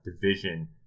division